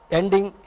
ending